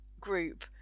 group